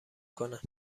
کنه